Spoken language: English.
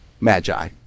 Magi